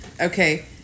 Okay